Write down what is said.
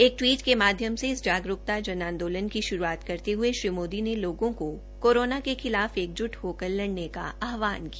एक टवीट में माध्मय से इस जागरूकता जन आंदोलन की श्रूआत करते हये श्री मोदी ने लोगों को कोरोना के खिलाफ एकज़ब् होकर लड़ने का आहवान किया